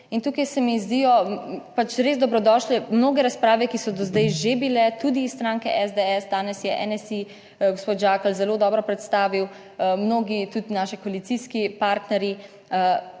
tukaj se mi zdijo pač res dobrodošle mnoge razprave, ki so do zdaj že bile tudi iz stranke SDS, danes je NSi gospod Žakelj zelo dobro predstavil, mnogi, tudi naši koalicijski partnerji.